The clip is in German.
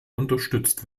unterstützt